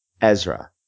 Ezra